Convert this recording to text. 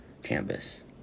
canvas